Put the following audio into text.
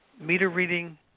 meter-reading